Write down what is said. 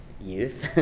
youth